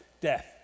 death